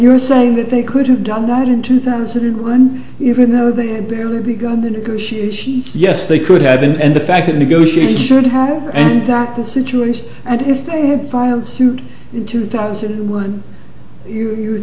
you're saying that they could have done that in two thousand and one even though they had barely begun the negotiations yes they could have been and the fact that negotiations should have and that the situation and if they had filed suit in two thousand and one